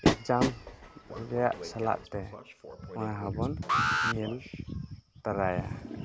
exam ᱨᱮᱭᱟᱜ ᱥᱟᱞᱟᱜ ᱛᱮ ᱚᱱᱟ ᱦᱚᱸᱵᱚᱱ ᱧᱮᱞ ᱛᱟᱨᱟᱭᱟ